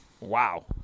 Wow